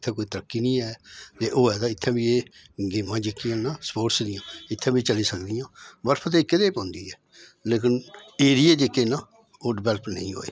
इत्थे कोई तरक्की नेईं ऐ अगर होऐ ते इत्थे बी ऐ गेमां जेह्कियां न स्पोर्टस दियां इत्थें बी चली सकदियां बर्फ ते इक्कै जेही पौंदी ऐ लेकिन ऐरिये जेह्के न ओह् डिवेल्प नेईं होए